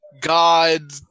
God